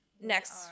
next